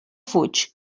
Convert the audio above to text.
fuig